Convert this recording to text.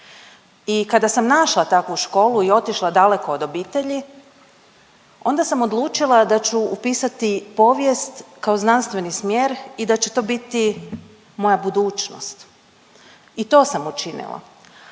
I kada sam našla takvu školu i otišla daleko od obitelji, onda sam odlučila da ću upisati povijest kao znanstveni smjer i da će to biti moja budućnost. I to sam učinila